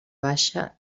baixa